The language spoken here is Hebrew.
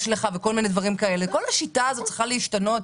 לך וכל מיני דברים כאלה צריך להשתנות,